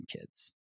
kids